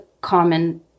common